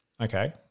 Okay